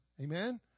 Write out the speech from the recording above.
Amen